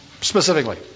specifically